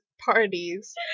parties